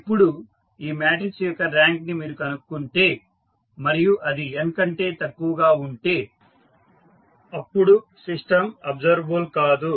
ఇప్పుడు ఈ మాట్రిక్స్ యొక్క ర్యాంక్ ని మీరు కనుక్కుంటే మరియు అది n కంటే తక్కువగా ఉంటే అప్పుడు సిస్టమ్ అబ్సర్వబుల్ కాదు